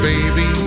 Baby